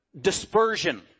dispersion